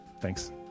thanks